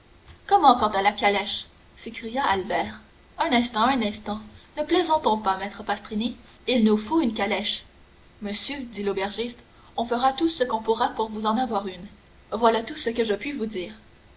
comment quant à la calèche s'écria albert un instant un instant ne plaisantons pas maître pastrini il nous faut une calèche monsieur dit l'aubergiste on fera tout ce qu'on pourra pour vous en avoir une voilà tout ce que je puis vous dire